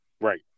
Right